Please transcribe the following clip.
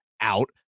out